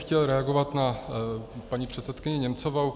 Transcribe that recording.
Chtěl bych reagovat na paní předsedkyni Němcovou.